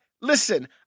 listen